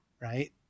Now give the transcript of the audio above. right